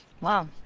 Wow